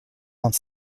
vingt